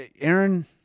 Aaron